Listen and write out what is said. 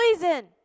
poison